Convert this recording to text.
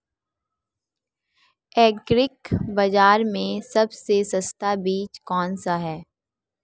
Agree बाज़ार में सबसे सस्ता बीज कौनसा है?